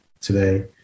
today